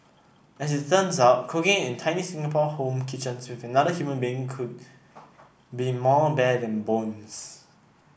as it turns out cooking in tiny Singapore home kitchens with another human being could be more bane than boons